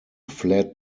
fled